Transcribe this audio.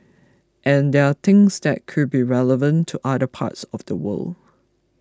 and there things that could be relevant to other parts of the world